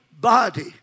body